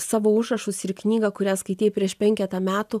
savo užrašus ir knygą kurią skaitei prieš penketą metų